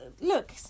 look